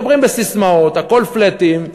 מדברים בססמאות, הכול "פלֵטים".